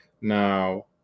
Now